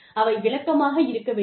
அவை விளக்கமாக இருக்க வேண்டும்